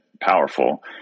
powerful